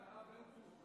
כבוד הרב בן צור,